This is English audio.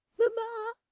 mama!